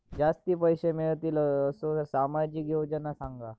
जास्ती पैशे मिळतील असो सामाजिक योजना सांगा?